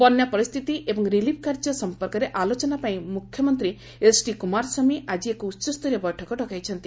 ବନ୍ୟା ପରିସ୍ଥିତି ଏବଂ ରିଲିଫ୍ କାର୍ଯ୍ୟ ସଂପର୍କରେ ଆଲୋଚନା ପାଇଁ ମୁଖ୍ୟମନ୍ତ୍ରୀ ଏସ୍ଡି କୁମାରସ୍ୱାମୀ ଆଜି ଏକ ଉଚ୍ଚସ୍ତରୀୟ ବୈଠକ ଡକାଇଛନ୍ତି